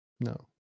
No